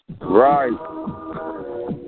Right